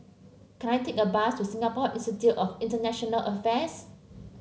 can I take a bus to Singapore Institute of International Affairs